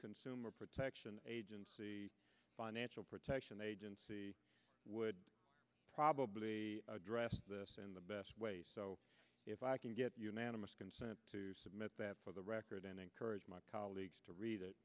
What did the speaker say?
consumer protection agency financial protection agency would probably address this in the best way if i can get unanimous consent to submit that for the record and encourage my colleagues to read it